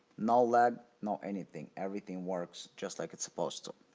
no lag, no anything. everything works just like it's supposed to.